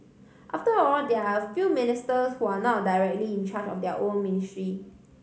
after all there are a few ministers who are not directly in charge of their own ministry